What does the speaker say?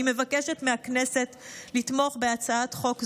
אני מבקשת מהכנסת לתמוך בהצעת חוק זו.